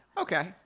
Okay